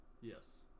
Yes